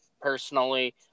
personally